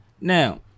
Now